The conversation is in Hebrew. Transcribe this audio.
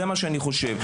זה מה שאני חושב.